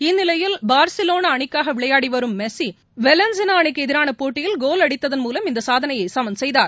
இந்நிலையில் பார்சிலோனா அணிக்காக விளையாடி வரும் மெஸ்ஸி வெலன்சியா அணிக்கு எதிரான போட்டியில் கோல் அடித்ததன் மூலம் அந்த சாதனையை சமன் செய்தார்